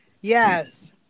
Yes